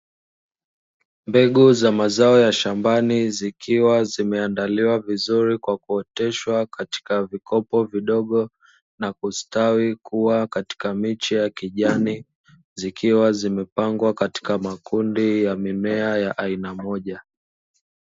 Mbegu za mazao ya shambani zikiwa zimeandaliwa vizuri kwa kuoteshwa katika vikopo vidogo na kustawi kuwa katika miche ya kijani zikiwa zimepangwa katika makundi ya mimea ya aina moja.